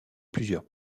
plusieurs